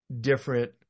different